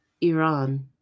Iran